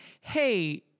Hey